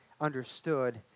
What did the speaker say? understood